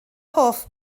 hoff